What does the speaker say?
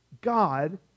God